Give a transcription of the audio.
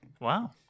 Wow